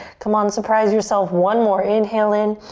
come on, surprise yourself. one more, inhale in.